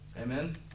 amen